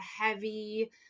heavy